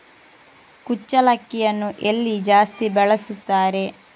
ಕುಚ್ಚಲಕ್ಕಿಯನ್ನು ಎಲ್ಲಿ ಜಾಸ್ತಿ ಬೆಳೆಸುತ್ತಾರೆ?